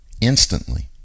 Instantly